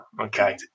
Okay